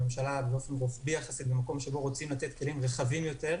באופן רוחבי יחסית במקום שבו רוצים לתת כלים רחבים יותר.